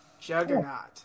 Juggernaut